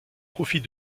profit